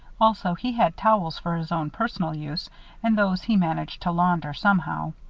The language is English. also he had towels for his own personal use and those he managed to launder, somehow.